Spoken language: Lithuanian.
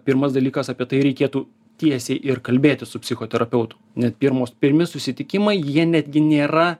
pirmas dalykas apie tai reikėtų tiesiai ir kalbėtis su psichoterapeutu net pirmos pirmi susitikimai jie netgi nėra